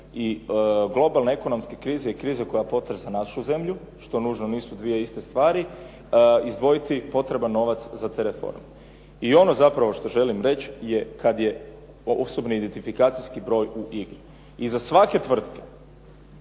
i globalnoj ekonomskoj krizi i krizi koja potresa našu zemlju, što nužno nisu dvije iste stvari, izdvojiti potreban novac za te reforme. I ono zapravo što želim reći je kad je osobni identifikacijski broj u igri. Iza svake tvrtke,